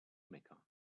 mecca